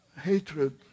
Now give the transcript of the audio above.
hatred